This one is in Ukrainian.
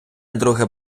друге